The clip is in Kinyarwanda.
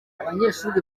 abanyeshuri